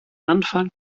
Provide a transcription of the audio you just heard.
anfang